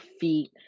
feet